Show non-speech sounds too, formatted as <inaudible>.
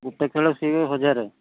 ଗୋଟେ ଖେଳ <unintelligible> ହଜାରେ